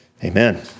Amen